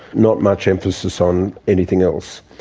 not much emphasis on anything else,